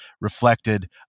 reflected